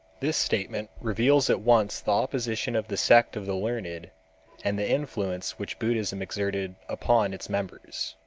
this statement reveals at once the opposition of the sect of the learned and the influence which buddhism exerted upon its members.